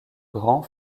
grand